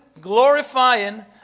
glorifying